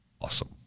awesome